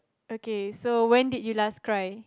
okay so when did you last cry